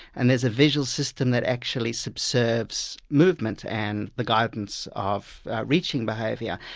and there's a visual system that actually subserves movement and the guidance of reaching behaviour.